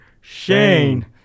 Shane